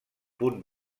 punt